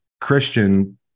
Christian